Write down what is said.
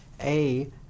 A-